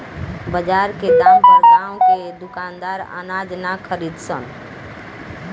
बजार के दाम पर गांव के दुकानदार अनाज ना खरीद सन